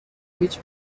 هیچ